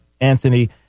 anthony